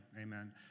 amen